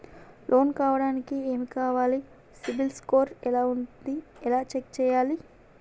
Loan కావడానికి ఏమి కావాలి సిబిల్ స్కోర్ ఎలా ఉంది ఎలా చెక్ చేయాలి?